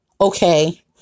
okay